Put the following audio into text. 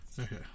Okay